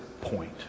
point